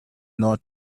not